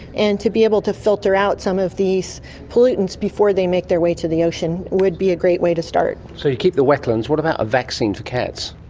and to be able to filter out some of these pollutants before they make their way to the ocean would be a great way to start. so you keep the wetlands. what about a vaccine for cats?